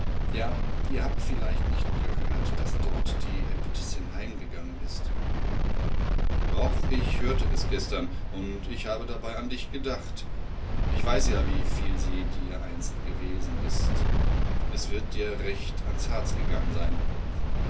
ja ihr habt vielleicht nicht gehört daß dort die äbtissin heimgegangen ist doch ich hörte es gestern und ich habe dabei an dich gedacht ich weiß ja wie viel sie dir einst gewesen ist es wird dir recht ans herz gegangen sein